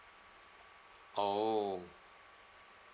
oh